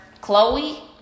Chloe